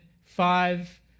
five